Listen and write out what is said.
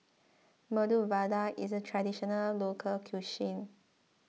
Medu Vada is a Traditional Local Cuisine